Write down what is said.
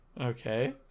Okay